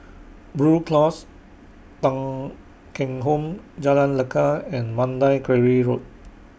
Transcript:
Blue Cross Thong Kheng Home Jalan Lekar and Mandai Quarry Road